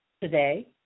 today